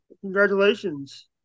Congratulations